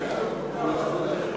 אמרתי